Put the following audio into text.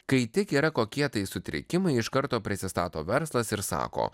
kai tik yra kokie tai sutrikimai iš karto prisistato verslas ir sako